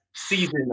season